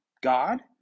god